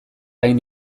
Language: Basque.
hain